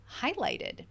highlighted